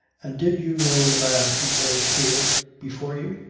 and did you know the man who was here before you?